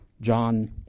John